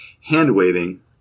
hand-waving